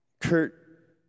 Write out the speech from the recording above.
Kurt